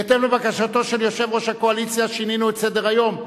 בהתאם לבקשתו של יושב-ראש הקואליציה שינינו את סדר-היום.